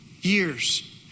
years